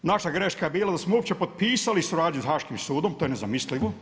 Naša greška je bila da smo uopće potpisali suradnju sa Haškim sudom, to je nezamislivo.